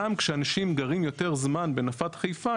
גם כשאנשים גרים יותר זמן בנפת חיפה,